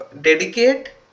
dedicate